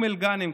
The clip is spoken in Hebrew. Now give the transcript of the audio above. אום אל-גנם,